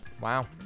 Wow